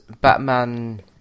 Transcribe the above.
Batman